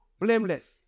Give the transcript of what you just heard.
Blameless